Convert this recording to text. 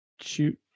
shoot